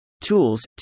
Tools